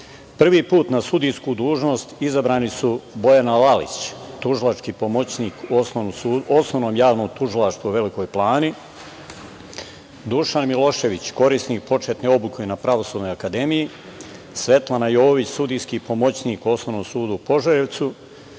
put na sudijsku dužnost izabrani su Bojana Lalić, tužilački pomoćnik u Osnovnom javnom tužilaštvu u Velikoj Plani, Dušan Milošević, korisnik početne obuke na Pravosudnoj akademiji, Svetlana Jovović, sudijski pomoćnik u Osnovnom sudu u Požarevcu,